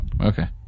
okay